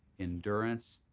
endurance,